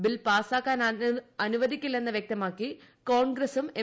bill പാസാക്കാനനുവദിക്കില്ലെന്ന് വൃക്തമാക്കി കോൺഗ്രസും എം